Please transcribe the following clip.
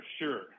sure